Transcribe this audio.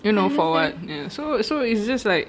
you know for what ya so so it's just like